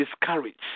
discouraged